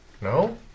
No